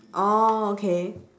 okay